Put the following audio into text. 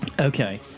Okay